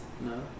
no